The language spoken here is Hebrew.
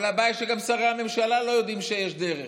אבל הבעיה שגם שרי הממשלה לא יודעים שיש דרך.